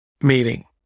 meeting